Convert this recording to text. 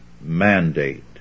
mandate